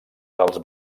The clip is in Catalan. dels